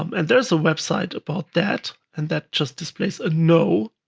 um and there is a website about that, and that just displays a no.